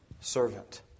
servant